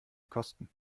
kosten